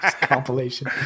Compilation